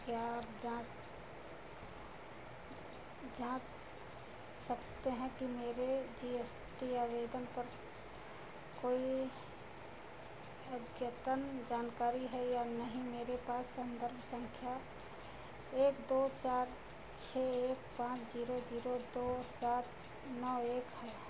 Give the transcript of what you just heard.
क्या आप जाँच जाँच सकते हैं कि मेरे जी एस टी आवेदन पर कोई अद्यतन जानकारी है या नहीं मेरे पास संदर्भ संख्या एक दो चार छः एक पाँच जीरो जीरो दो सात नौ एक है